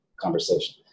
conversation